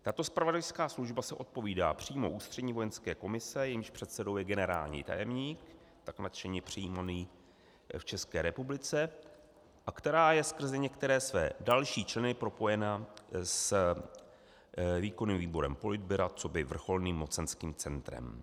Tato zpravodajská služba se odpovídá přímo Ústřední vojenské komisi, jejímž předsedou je generální tajemník tak nadšeně přijímaný v České republice a která je skrze některé své další členy propojena s výkonným výborem Politbyra coby vrcholným mocenským centrem.